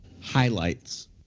highlights